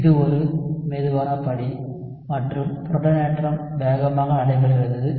இது ஒரு மெதுவான படி மற்றும் புரோட்டானேற்றம் வேகமாக நடைபெறுகிறது